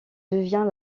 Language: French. devient